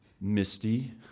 misty